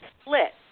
split